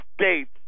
States